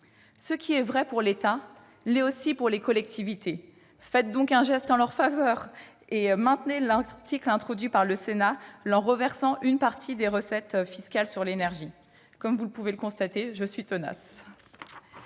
Ce qui est vrai pour l'État l'est aussi pour les collectivités territoriales : faites donc un geste en leur faveur et maintenez l'article, introduit par le Sénat, leur reversant une partie des recettes fiscales sur l'énergie. Comme vous pouvez le constater, je suis tenace